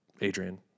Adrian